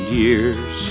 years